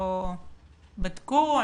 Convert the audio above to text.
לא בדקו,